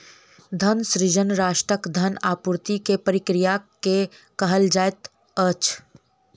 धन सृजन राष्ट्रक धन आपूर्ति के प्रक्रिया के कहल जाइत अछि